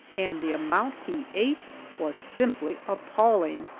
and the amount he ate was simply appalling!